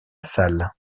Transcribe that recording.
salle